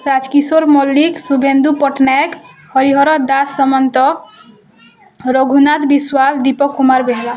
Rajkishore Mallick Subhendu Pattnaik Harihar Das Samant Raghunath Biswal Deepak Kumar Behera